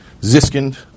Ziskind